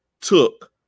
took